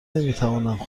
نمیتوانند